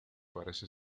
parece